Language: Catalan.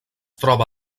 troba